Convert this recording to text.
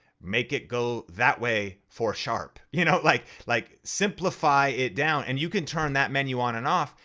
make it go that way for sharp. you know like like simplify it down, and you can turn that menu on and off.